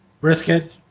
brisket